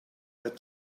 that